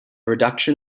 reduction